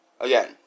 Again